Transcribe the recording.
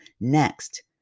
next